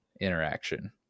interaction